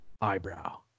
Eyebrow